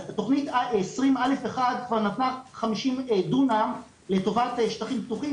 אז תוכנית 20א1 כבר נתנה 50 דונם לטובת שטחים פתוחים,